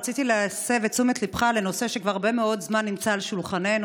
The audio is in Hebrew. רציתי להסב את תשומת ליבך לנושא שכבר הרבה מאוד זמן נמצא על שולחננו,